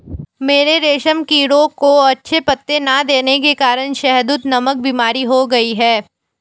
मेरे रेशम कीड़ों को अच्छे पत्ते ना देने के कारण शहदूत नामक बीमारी हो गई है